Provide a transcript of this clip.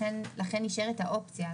לכן נשארת האופציה.